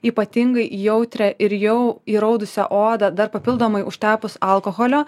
ypatingai jautrią ir jau įraudusią odą dar papildomai užtepus alkoholio